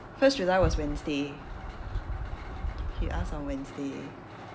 first july was wednesday he asked on wednesday